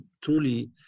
truly